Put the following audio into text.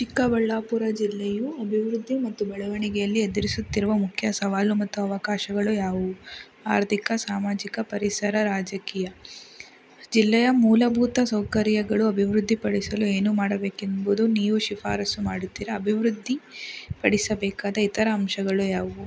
ಚಿಕ್ಕಬಳ್ಳಾಪುರ ಜಿಲ್ಲೆಯು ಅಭಿವೃದ್ಧಿ ಮತ್ತು ಬೆಳವಣಿಗೆಯಲ್ಲಿ ಎದುರಿಸುತ್ತಿರುವ ಮುಖ್ಯ ಸವಾಲು ಮತ್ತು ಅವಕಾಶಗಳು ಯಾವವು ಆರ್ಥಿಕ ಸಾಮಾಜಿಕ ಪರಿಸರ ರಾಜಕೀಯ ಜಿಲ್ಲೆಯ ಮೂಲಭೂತ ಸೌಕರ್ಯಗಳು ಅಭಿವೃದ್ಧಿ ಪಡಿಸಲು ಏನು ಮಾಡಬೇಕೆಂಬುದು ನೀವು ಶಿಫಾರಸ್ಸು ಮಾಡುತ್ತಿರಾ ಅಭಿವೃದ್ಧಿಪಡಿಸಬೇಕಾದ ಇತರ ಅಂಶಗಳು ಯಾವವು